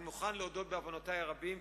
אני מוכן להודות שבעוונותי הרבים,